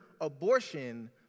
abortion